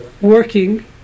working